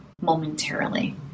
momentarily